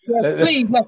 please